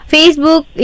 Facebook